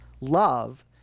love